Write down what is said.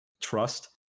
trust